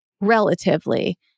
relatively